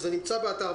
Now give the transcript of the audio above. זה גם נמצא באתר.